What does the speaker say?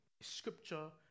Scripture